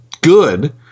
good